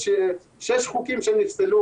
אתה עדיף עליי רק בגלל שאתה יהודי,